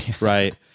right